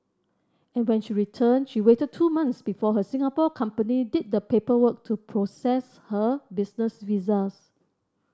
and when she returned she waited two months before her Singapore company did the paperwork to process her business visas